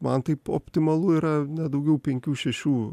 man tai optimalu yra ne daugiau penkių šešių